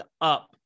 up